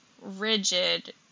rigid